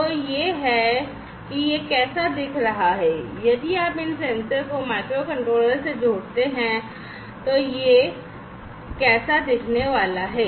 तो यह है कि यह कैसा दिख रहा है यदि आप इन सेंसर को माइक्रोकंट्रोलर से जोड़ते हैं तो यह है कि यह कैसा दिखने वाला है